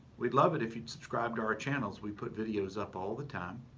we'd love it if you'd subscribe to our channels we put videos up all the time.